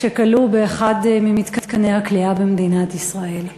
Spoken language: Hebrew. שכלוא באחד ממתקני הכליאה במדינת ישראל.